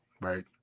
right